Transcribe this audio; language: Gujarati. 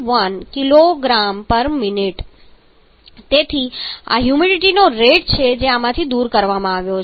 131 kgmin તેથી આ હ્યુમિડિટીનો રેટ છે જે આમાંથી દૂર કરવામાં આવ્યો છે